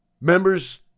members